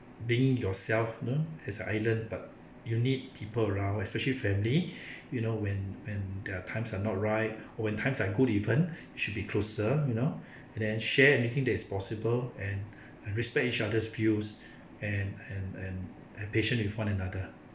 being yourself you know as an island but you need people around especially family you know when when there are times are not right or when times are good even should be closer you know and then share everything that is possible and and respect each other's views and and and have patience with one another